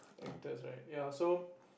actors right ya so